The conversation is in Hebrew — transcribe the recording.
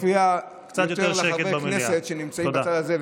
בצד הזה יש רעש שמפריע יותר לחברי כנסת שנמצאים בצד הזה,